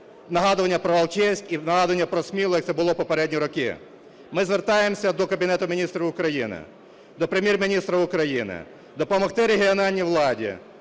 нагадування про Алчевськ і нагадування про Смілу, як це було в попередні роки. Ми звертаємося до Кабінету Міністрів України, до Прем'єр-міністра України допомогти регіональній владі